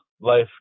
life